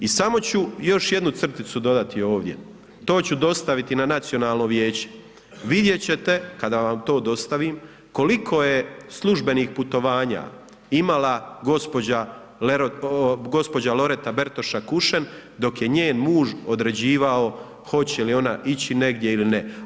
I samo ću još jednu crticu dodati ovdje, to ću dostaviti na Nacionalno vijeće, vidjeti ćete kada vam to dostavim, koliko je službenih putovanja imala gđa. Loreta Bertoša Kušen, dok je njen muž određivao hoće li ona ići negdje ili ne.